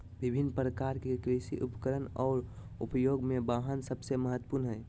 विभिन्न प्रकार के कृषि उपकरण और उपयोग में वाहन सबसे महत्वपूर्ण हइ